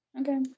Okay